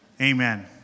Amen